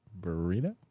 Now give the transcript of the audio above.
burrito